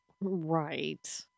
Right